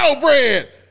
bread